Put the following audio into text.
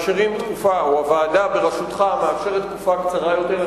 והוועדה בראשותך מאפשרת תקופה קצרה יותר.